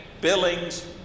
billings